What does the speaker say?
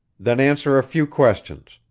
then answer a few questions.